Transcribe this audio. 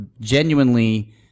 genuinely